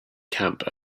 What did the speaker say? camp